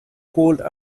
cold